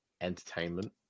entertainment